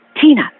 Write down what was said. tina